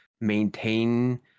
maintain